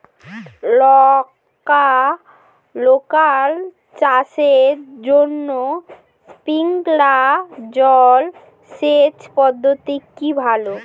লঙ্কা চাষের জন্য স্প্রিংলার জল সেচ পদ্ধতি কি ভালো?